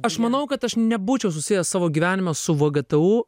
aš manau kad aš nebūčiau susiejęs savo gyvenimo su vgtu